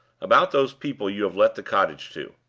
about those people you have let the cottage to?